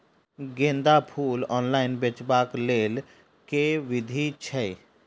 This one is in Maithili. गेंदा फूल ऑनलाइन बेचबाक केँ लेल केँ विधि छैय?